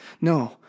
No